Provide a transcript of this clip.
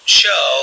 show